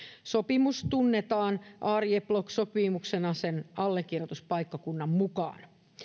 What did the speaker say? sopimus tunnetaan arjeplog sopimuksena sen allekirjoituspaikkakunnan mukaan